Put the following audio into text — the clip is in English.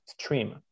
stream